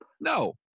No